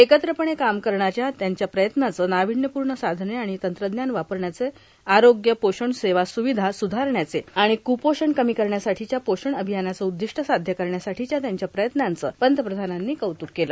एकत्रपणे काम करण्याच्या त्यांच्या प्रयत्नाचं नावीव्यपूर्ण साधने आणि तंत्रज्ञान वापरण्याचे आरोग्य पोषण सेवा सुविधा सुधारण्याचे आणि क्रपोषण कमी करण्यासाठीच्या पोषण अभियानाचं उद्दिष्ट साध्य करण्यासाठीच्या त्यांच्या प्रयत्नांचं पंतप्रधानांनी कौतुक केले